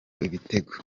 ibitego